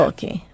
Okay